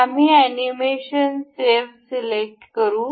आम्ही animation save select करू